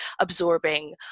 absorbing